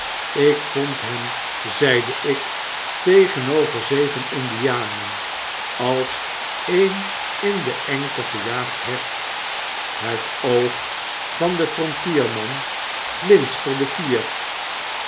ik vond hem zeide ik tegenover zeven indianen als een in de engte gejaagd hert het oog van den frontierman glinsterde